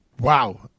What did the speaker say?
wow